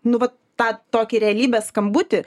nu va tą tokį realybės skambutį